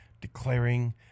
declaring